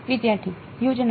વિદ્યાર્થી હ્યુજેન